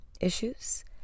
issues